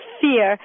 fear